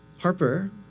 Harper